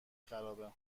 خرابه